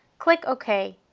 click ok.